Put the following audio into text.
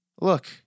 Look